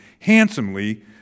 handsomely